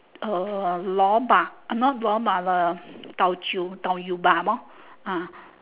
uh lor bak not lor bak the tau chiu tau yew bak lor